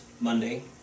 Monday